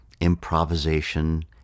improvisation